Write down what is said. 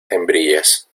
hembrillas